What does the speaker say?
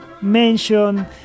mention